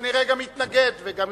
וכנראה גם יתנגד וינמק.